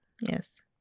Yes